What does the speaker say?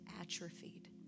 atrophied